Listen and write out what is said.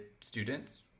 students